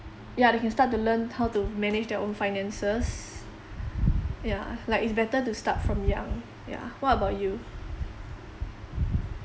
ya they can start to learn how to manage their own finances yeah like it's better to start from young yeah what about you